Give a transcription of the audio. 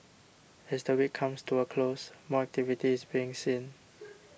as the week comes to a close more activity is being seen